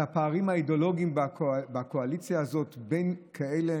על הפערים האידיאולוגיים בקואליציה הזאת בין כאלה